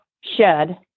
shed